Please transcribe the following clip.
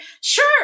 sure